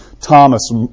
Thomas